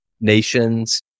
nations